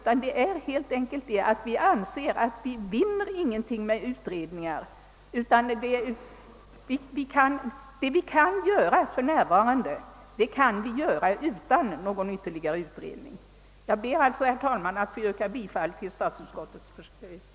Skälet är helt enkelt att vi anser att vi inte vinner någonting på utredningar, utan att det som kan göras för närvarande kan ske utan någon ytlerligare utredning. Herr talman! Jag ber att få yrka hifall till statsutskottets hemställan.